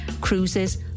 cruises